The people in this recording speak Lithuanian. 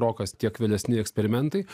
rokas tiek vėlesni eksperimentai